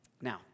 Now